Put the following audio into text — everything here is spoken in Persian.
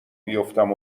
بیفتم